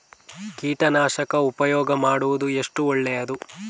ಕೀಟನಾಶಕ ಉಪಯೋಗ ಮಾಡುವುದು ಎಷ್ಟು ಒಳ್ಳೆಯದು?